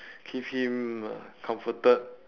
give him uh comforted